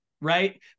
Right